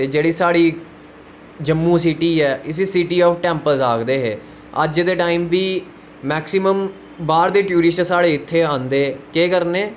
ते जेह्ड़ी साढ़ी जम्मू सीटी ऐ इसी सीटी ऑफ टैंपलस आखदे हे अज्ज दे चाईम बी मैक्सिमम बाह्र दे टुरिस्ट साढ़े इत्थे आंदे केह् करने